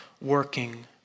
working